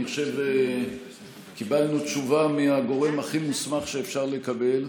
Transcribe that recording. ואני חושב שקיבלנו תשובה מהגורם הכי מוסמך שאפשר לקבל.